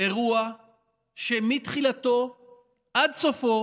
אירוע שמתחילתו עד סופו